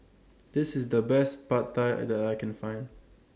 This IS The Best Pad Thai that I Can Find